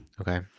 okay